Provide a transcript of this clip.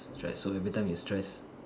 stress so every time you stress